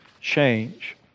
change